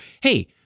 hey